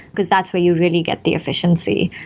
because that's where you really get the efficiency.